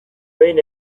behin